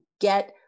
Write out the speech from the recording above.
get